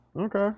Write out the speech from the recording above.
Okay